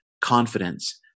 confidence